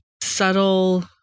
subtle